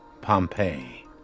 Pompeii